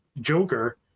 Joker